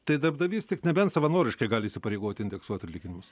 tai darbdavys tik nebent savanoriškai gali įsipareigoti indeksuot atlyginimus